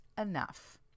enough